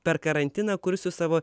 per karantiną kursiu savo